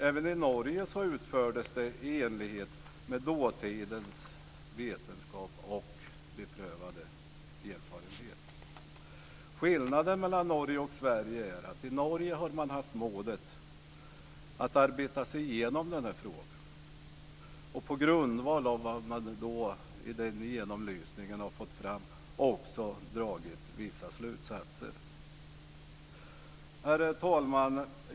Även i Norge utfördes det i enlighet med dåtidens vetenskap och beprövade erfarenhet. Skillnaden mellan Norge och Sverige är att i Norge har man haft mod att arbeta sig igenom den här frågan. På grundval av vad man har fått fram i den genomlysningen har man också dragit vissa slutsatser. Herr talman!